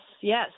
yes